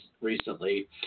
recently